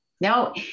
no